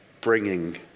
bringing